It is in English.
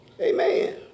Amen